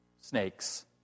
snakes